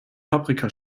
paprika